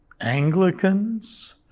anglicans